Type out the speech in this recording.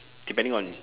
depending on